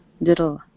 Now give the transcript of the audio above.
little